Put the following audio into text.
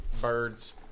Birds